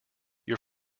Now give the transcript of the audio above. your